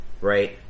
right